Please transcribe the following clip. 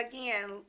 again